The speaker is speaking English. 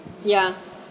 ya